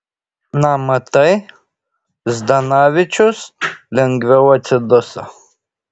na matai zdanavičius lengviau atsiduso